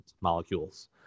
molecules